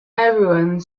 everyone